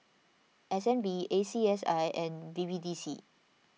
S N B A C S I and B B D C